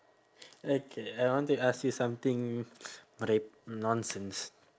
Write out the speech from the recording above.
okay I want to ask you something but like nonsense